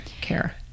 care